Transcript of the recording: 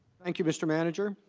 thank you, mr. manager.